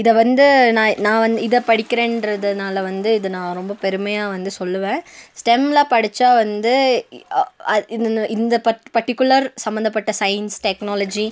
இதை வந்து நான் நான் வந்து இதைப் படிக்கிறேங்றதுனால வந்து இதை நான் ரொம்ப பெருமையாக வந்து சொல்வேன் ஸ்டெம்மில் படித்தா வந்து இ அ இந்த பர்ட்டிக்குலர் சம்பந்தப்பட்ட சயின்ஸ் டெக்னாலஜி